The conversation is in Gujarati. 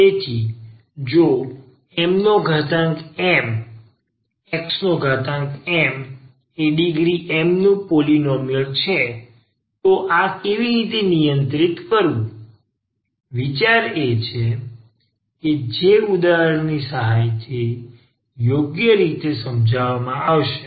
તેથી જો xm એ ડીગ્રી m નું પોલીનોમિયલ છે તો આ કેવી રીતે નિયંત્રિત કરવું વિચાર એ છે કે જે ઉદાહરણની સહાયથી યોગ્ય રીતે સમજાવવામાં આવશે